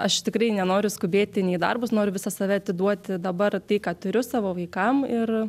aš tikrai nenoriu skubėti nei į darbus noriu visą save atiduoti dabar tai ką turiu savo vaikam ir